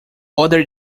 other